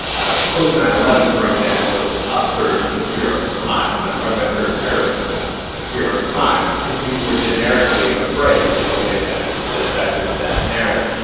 post nine eleven, for example, there was an upsurge in fear of crime. i'm not talking about fear of terrorism now, but fear of crime, because people were generically afraid in a way that that affected that narrative.